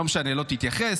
לא משנה, לא תתייחס.